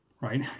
Right